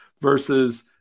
versus